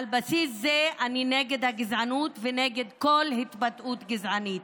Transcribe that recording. על בסיס זה אני נגד הגזענות ונגד כל התבטאות גזענית.